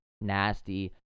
nasty